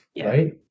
right